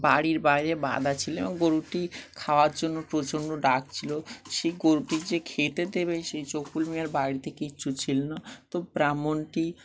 বাড়ির বাইরে বাঁধা ছিল এবং গরুটি খাওয়ার জন্য প্রচণ্ড ডাকছিল সেই গরুটি যে খেতে দেবে সেই গফুর মিয়াঁর বাড়িতে কিচ্ছু ছিল না তো ব্রাহ্মণটি